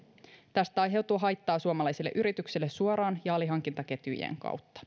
tästä aiheutuu haittaa suomalaisille yrityksille suoraan ja alihankintaketjujen